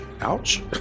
ouch